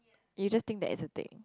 you just think that it's the thing